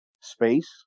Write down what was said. space